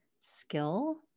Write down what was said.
skill